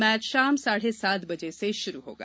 match शाम साढ़े सात बजे से शुरू होगा